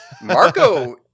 Marco